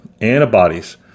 antibodies